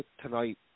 tonight